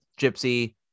Gypsy